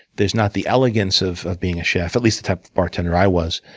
there's not the elegance of of being a chef, at least the type of bartender i was.